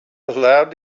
allowed